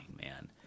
man